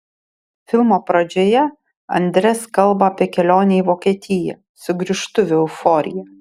filmo pradžioje andres kalba apie kelionę į vokietiją sugrįžtuvių euforiją